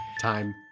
Time